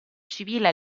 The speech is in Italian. civile